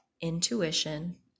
intuition